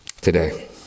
today